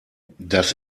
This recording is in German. das